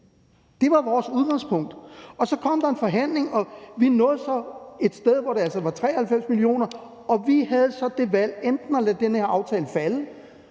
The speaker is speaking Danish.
Det var vores udgangspunkt, og så kom der en forhandling, og vi nåede et sted hen, hvor det altså var 93 mio. kr. Vi havde så det valg enten at lade den her aftale falde